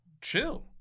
chill